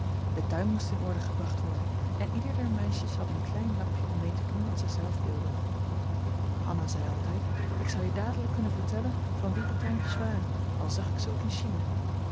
de tuin moest in orde gebracht worden en ieder der meisjes had een klein lapje om mee te doen wat zij zelf wilde hanna zei altijd ik zou je dadelijk kunnen vertellen van wie de tuintjes waren al zag ik ze ook in china